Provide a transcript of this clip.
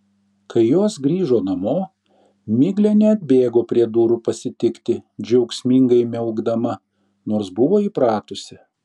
kai jos grįžo namo miglė neatbėgo prie durų pasitikti džiaugsmingai miaukdama nors buvo įpratusi